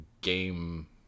game